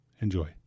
Enjoy